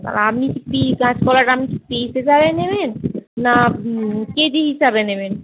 আপনি কি কাঁচকলাটা পিস হিসাবে নেবেন না কেজি হিসাবে নেবেন